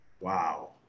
wow